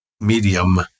medium